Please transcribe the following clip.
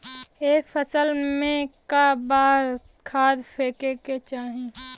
एक फसल में क बार खाद फेके के चाही?